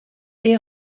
est